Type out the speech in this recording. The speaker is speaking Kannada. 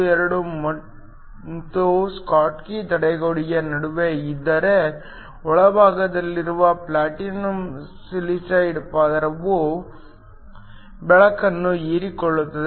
12 ಮತ್ತು ಸ್ಕಾಟ್ಕಿ ತಡೆಗೋಡೆಯ ನಡುವೆ ಇದ್ದರೆ ಒಳಭಾಗದಲ್ಲಿರುವ ಪ್ಲಾಟಿನಂ ಸಿಲಿಸೈಡ್ ಪದರವು ಬೆಳಕನ್ನು ಹೀರಿಕೊಳ್ಳುತ್ತದೆ